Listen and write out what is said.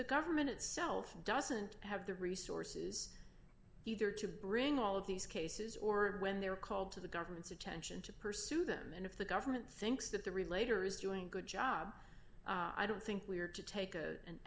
the government itself doesn't have the resources either to bring all of these cases or when they're called to the government's attention to pursue them and if the government thinks that the relator is doing a good job i don't think we are to take